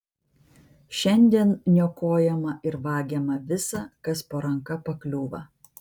šiandien niokojama ir vagiama visa kas po ranka pakliūva